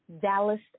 Dallas